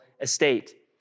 estate